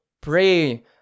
pray